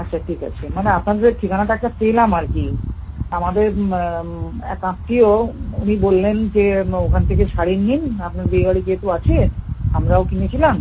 আচ্ছা ঠিক আছে মানে আপনাদের ঠিকানাটা একটা পেলাম আর কি আমাদের এক আত্মীয় উনি বললেন যে ওখান থেকে শাড়ি নিন আপনার বিয়েবাড়ি যেহেতু আছে আমরাও কিনেছিলাম